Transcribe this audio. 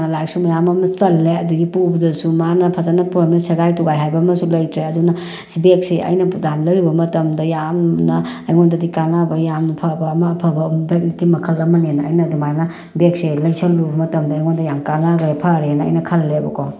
ꯂꯥꯏꯔꯤꯛꯁꯨ ꯃꯌꯥꯝ ꯑꯃ ꯆꯜꯂꯦ ꯑꯗꯒꯤ ꯄꯨꯕꯗꯁꯨ ꯃꯥꯅ ꯐꯖꯅ ꯄꯨꯔꯕꯅꯤꯅ ꯁꯦꯒꯥꯏ ꯇꯨꯒꯥꯏ ꯍꯥꯏꯕ ꯑꯃꯁꯨ ꯂꯩꯇ꯭ꯔꯦ ꯑꯗꯨꯅ ꯁꯤ ꯕꯦꯛꯁꯦ ꯑꯩꯅ ꯅꯍꯥꯟ ꯂꯩꯔꯨꯕꯗ ꯃꯇꯝꯗ ꯌꯥꯝꯅ ꯑꯩꯉꯣꯟꯗꯗꯤ ꯀꯥꯟꯅꯕ ꯌꯥꯝꯅ ꯐꯕ ꯑꯃ ꯑꯐꯕ ꯕꯦꯛꯀꯤ ꯃꯈꯜ ꯑꯃꯅꯦꯅ ꯑꯩꯅ ꯑꯗꯨꯃꯥꯏꯅ ꯕꯦꯛꯁꯦ ꯂꯩꯤꯁꯜꯂꯨꯕ ꯃꯇꯝꯗ ꯑꯩꯉꯣꯟꯗ ꯌꯥꯝ ꯀꯥꯟꯅꯈ꯭ꯔꯦ ꯐꯔꯦꯅ ꯑꯩꯅ ꯈꯜꯂꯦꯕ ꯀꯣ